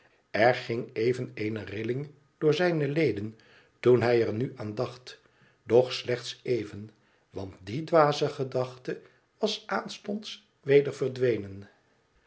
er gingf even eene rilling door zijne leden toen hij er nu aan dacht doch slechts even want die dwaze gedachte was aanstonds weder verdwenen